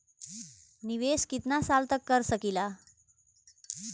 निवेश कितना साल तक कर सकीला?